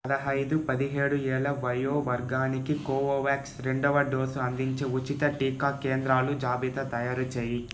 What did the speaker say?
పదహైదు పదిహేడు ఏళ్ళ వయో వర్గానికి కోవోవ్యాక్స్ రెండవ డోసు అందించే ఉచిత టీకా కేంద్రాలు జాబితా తయారుచేయి